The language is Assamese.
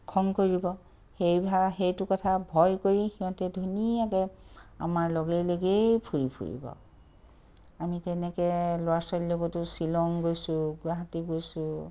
খং কৰিব সেই ভাৱ সেইটো কথা ভয় কৰি সিহঁতে ধুনীয়াকে আমাৰ লগে লগেই ফুৰি ফুৰিব আমি তেনেকে ল'ৰা ছোৱালীৰ লগতো শ্বিলং গৈছোঁ গুৱাহাটী গৈছোঁ